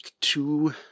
two